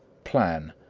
plan,